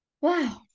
Wow